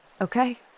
okay